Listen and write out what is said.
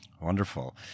Wonderful